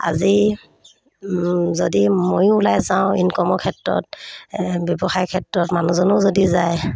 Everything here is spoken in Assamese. আজি যদি ময়ো ওলাই যাওঁ ইনকমৰ ক্ষেত্ৰত ব্যৱসায় ক্ষেত্ৰত মানুহজনো যদি যায়